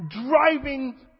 driving